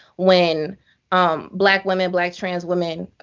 when um black women, black trans women,